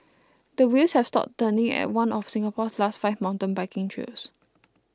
the wheels have stopped turning at one of Singapore's last five mountain biking trails